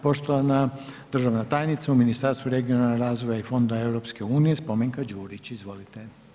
Poštovana državna tajnica u Ministarstvu regionalnoga razvoja i fondova EU Spomenka Đurić, izvolite.